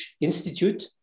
Institute